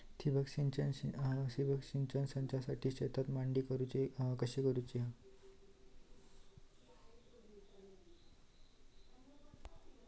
ठिबक सिंचन संचाची शेतात मांडणी कशी करुची हा?